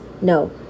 no